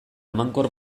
emankor